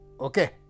Okay